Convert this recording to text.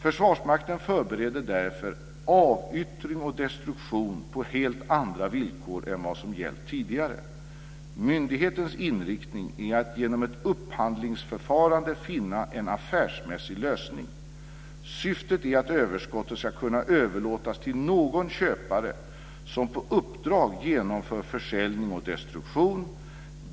Försvarsmakten förbereder därför avyttring och destruktion på helt andra villkor än vad som gällt tidigare. Myndighetens inriktning är att genom ett upphandlingsförfarande finna en affärsmässig lösning. Syftet är att överskottet ska kunna överlåtas till någon köpare som på uppdrag genomför försäljning och destruktion.